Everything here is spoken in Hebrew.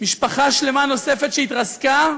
משפחה שלמה נוספת שהתרסקה,